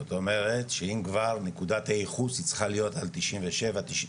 זאת אומרת שאם כבר נקודת הייחוס היא צריכה להיות על תשעים ושבעה,